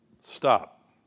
Stop